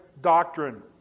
doctrine